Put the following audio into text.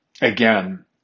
Again